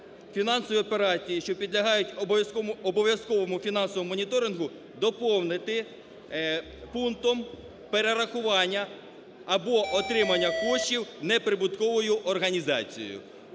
"Фінансові операції, що підлягають обов'язковому фінансовому моніторингу" доповнити пунктом "Перерахування або отримання коштів неприбутковою організацією".